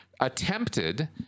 attempted